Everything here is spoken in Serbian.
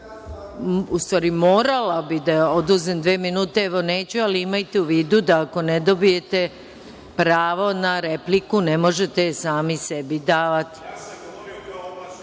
dobili. Morala bih da oduzmem dve minute. Evo neću, ali imajte u vidu da ako ne dobijete pravo na repliku, ne možete je sami sebi davati.(Zoran